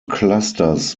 clusters